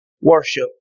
worship